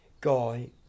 guy